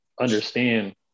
understand